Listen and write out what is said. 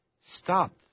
Stop